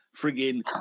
friggin